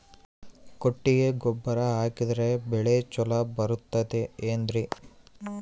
ಕೊಟ್ಟಿಗೆ ಗೊಬ್ಬರ ಹಾಕಿದರೆ ಬೆಳೆ ಚೊಲೊ ಬರುತ್ತದೆ ಏನ್ರಿ?